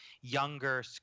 younger